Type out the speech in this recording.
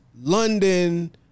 London